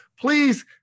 please